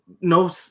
no